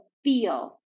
feel